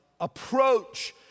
approach